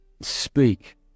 speak